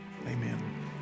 Amen